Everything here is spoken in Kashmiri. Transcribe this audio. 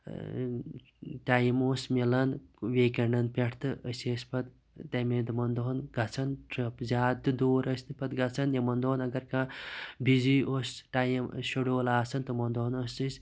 ٹایِم اوس مِلان ویکَنٛڈَن پٮ۪ٹھ تہٕ أسۍ ٲسۍ پَتہ تمے دمَن دۄہَن گَژھان ٹرٕپ زیادٕ تہِ دور ٲسۍ نہٕ پَتہ گَژھان یِمَن دۄہَن اَگَر کانٛہہ بِزی اوس سُہ ٹایم شیٚڈول آسان تِمَن دۄہَن اوس أسۍ